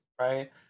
right